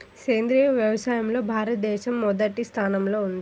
సేంద్రీయ వ్యవసాయంలో భారతదేశం మొదటి స్థానంలో ఉంది